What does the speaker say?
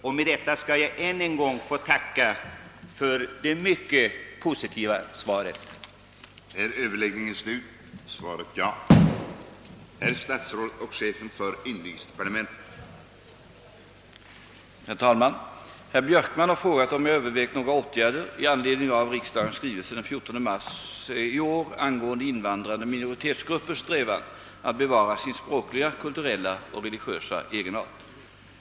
Med det anförda ber jag att än en gång få tacka för det mycket positiva svaret. tetsgruppers strävan att bevara sin språkliga, kulturella och religiösa egenart